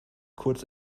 kurz